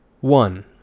One